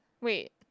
Wait